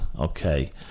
okay